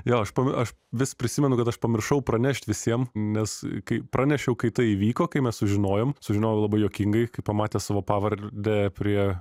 jo aš pam aš vis prisimenu kad aš pamiršau pranešt visiem nes kai pranešiau kai tai įvyko kai mes sužinojom sužinojau labai juokingai kai pamatęs savo pavardę prie